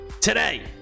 Today